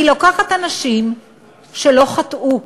היא לוקחת אנשים שלא חטאו,